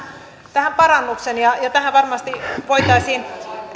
tähän parannuksen ja tähän varmasti voitaisiin